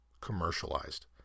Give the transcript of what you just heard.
commercialized